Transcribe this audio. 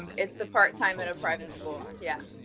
um it's the part time at a private school, yeah.